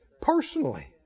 personally